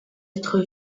être